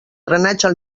drenatge